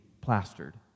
plastered